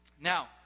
Now